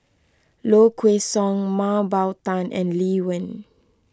Low Kway Song Mah Bow Tan and Lee Wen